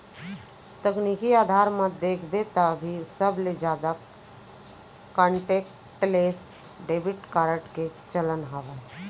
तकनीकी अधार म देखबे त अभी सबले जादा कांटेक्टलेस डेबिड कारड के चलन हावय